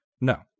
No